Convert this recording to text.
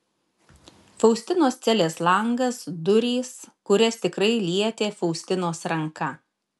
faustinos celės langas durys kurias tikrai lietė faustinos ranka